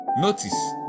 Notice